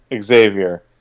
Xavier